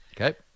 Okay